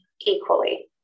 equally